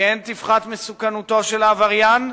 כן תפחת מסוכנותו של העבריין,